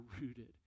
rooted